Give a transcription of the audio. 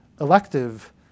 elective